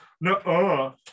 no